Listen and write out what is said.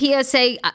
PSA